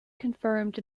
confirmed